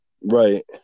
Right